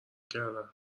کردن